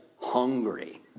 hungry